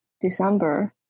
December